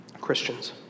Christians